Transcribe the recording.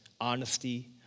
honesty